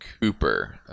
Cooper